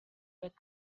but